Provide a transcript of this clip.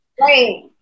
Right